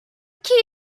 key